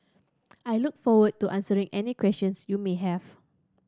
I look forward to answering any questions you may have